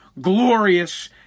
glorious